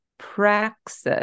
Praxis